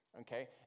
Okay